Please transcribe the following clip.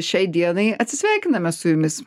šiai dienai atsisveikiname su jumis